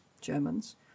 Germans